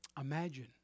Imagine